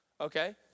Okay